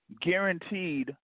guaranteed